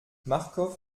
marcof